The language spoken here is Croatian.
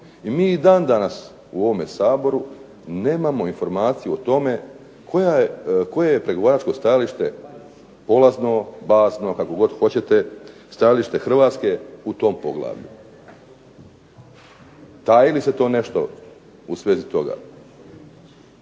I mi i dan danas u ovome Saboru nemamo informaciju o tome koje je pregovaračko stajalište polazno, bazno, kako god hoćete, stajalište Hrvatske u tom poglavlju. Taji li se to nešto u svezi toga?